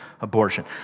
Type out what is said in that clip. abortion